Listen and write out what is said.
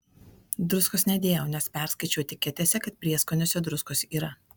druskos nedėjau nes perskaičiau etiketėse kad prieskoniuose druskos yra